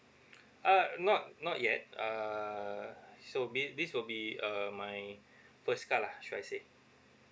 uh not not yet err so be this will be uh my first card lah should I say